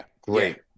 great